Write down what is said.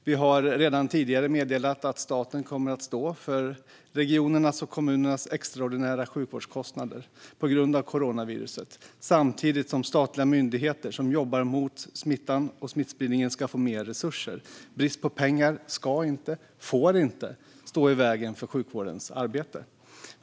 Vi har redan tidigare meddelat att staten kommer att stå för regionernas och kommunernas extraordinära sjukvårdskostnader på grund av coronaviruset, samtidigt som statliga myndigheter som jobbar mot smittan och smittspridningen ska få mer resurser. Brist på pengar ska inte, och får inte, stå i vägen för sjukvårdens arbete.